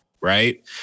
right